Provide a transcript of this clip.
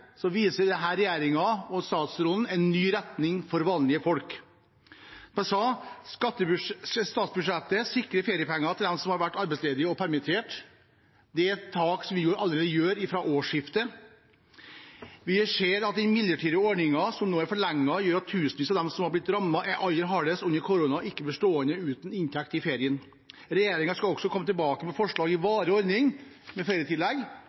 viser denne regjeringen og statsråden en ny retning for vanlige folk. Som jeg sa: Statsbudsjettet sikrer feriepenger til dem som har vært arbeidsledige eller permitterte. Det er et tiltak vi kommer med allerede fra årsskiftet. Vi ser at den midlertidige ordningen, som nå er forlenget, gjør at titusenvis av dem som har blitt rammet aller hardest under korona, ikke blir stående uten inntekt i ferien. Regjeringen skal komme tilbake med et forslag